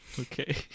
Okay